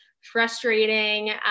frustrating